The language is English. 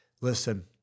Listen